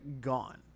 gone